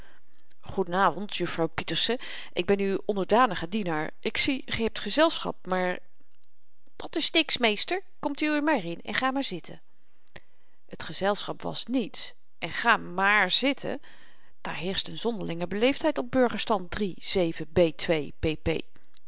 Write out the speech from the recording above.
juffrouw pieterse ik ben uw onderdanige dienaar ik zie ge hebt gezelschap maar dat is niks meester komt uwé maar in en ga maar zitten t gezelschap was niets en ga maar zitten daar heerscht n zonderlinge beleefdheid op burgerstand